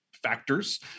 factors